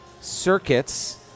circuits